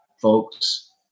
folks